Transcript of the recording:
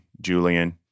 Julian